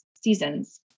seasons